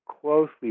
closely